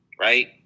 right